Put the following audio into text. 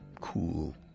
cool